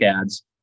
ads